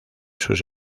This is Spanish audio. sus